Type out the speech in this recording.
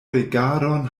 regadon